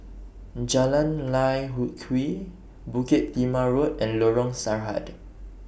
Jalan Lye Kwee Bukit Timah Road and Lorong Sarhad